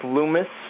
Loomis